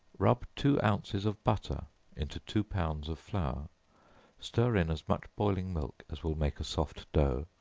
rub two ounces of butter into two pounds of flour stir in as much boiling milk as will make a soft dough,